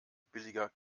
billiger